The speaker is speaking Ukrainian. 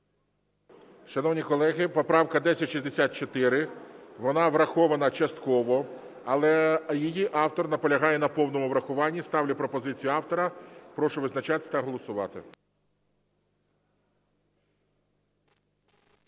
Шановні колеги, поправка 1064, вона врахована частково. Але її автор наполягає на повному врахуванні. Ставлю пропозицію автора. Прошу визначатись та голосувати.